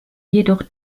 jedoch